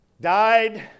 died